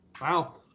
Wow